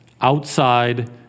outside